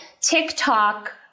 TikTok